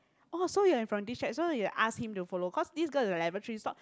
oh so you're from this chat so you'll ask him to follow cause this girl in the laboratory thought